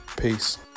Peace